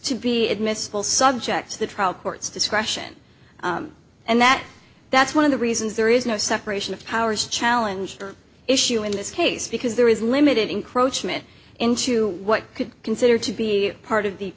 to be admissible subject to the trial court's discretion and that that's one of the reasons there is no separation of powers challenge issue in this case because there is limited encroachments into what could consider to be part of the